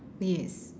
yes